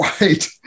Right